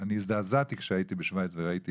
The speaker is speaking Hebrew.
אני הזדעזעתי כשהייתי בשוויץ וראיתי